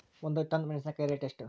ಒಂದು ಟನ್ ಮೆನೆಸಿನಕಾಯಿ ರೇಟ್ ಎಷ್ಟು?